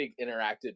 interacted